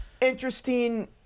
interesting